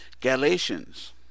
Galatians